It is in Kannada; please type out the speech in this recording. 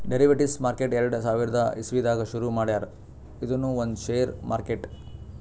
ಡೆರಿವೆಟಿವ್ಸ್ ಮಾರ್ಕೆಟ್ ಎರಡ ಸಾವಿರದ್ ಇಸವಿದಾಗ್ ಶುರು ಮಾಡ್ಯಾರ್ ಇದೂನು ಒಂದ್ ಷೇರ್ ಮಾರ್ಕೆಟ್